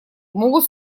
могут